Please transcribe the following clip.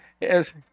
yes